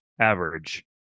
average